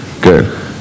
good